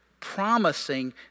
promising